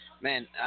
man